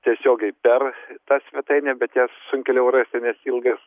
tiesiogiai per tą svetainę bet ją sunkėliau rasti nes ilgas